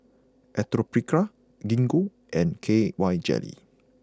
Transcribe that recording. Atopiclair Gingko and K Y Jelly